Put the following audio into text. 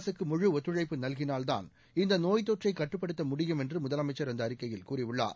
அரசுக்கு முழுஒத்துழைப்பு நல்கிளால்தான் இந்த நோய்த் தொற்றை கட்டுப்படுத்த முடியும் என்று முதலமைச்சர் அந்த அறிக்கையில் கூறியுள்ளார்